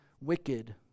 wicked